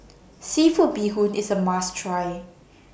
Seafood Bee Hoon IS A must Try